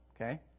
Okay